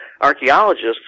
archaeologists